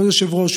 כבוד היושב-ראש,